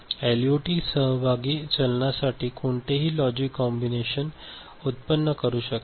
LUT सहभागी चलनासाठी कोणतेही लॉजिक कॉम्बीनेशन उत्पन्न करू शकते